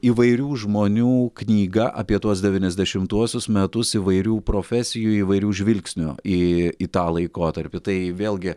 įvairių žmonių knyga apie tuos devyniasdešimtuosius metus įvairių profesijų įvairių žvilgsnių į į tą laikotarpį tai vėlgi